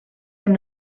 amb